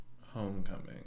Homecoming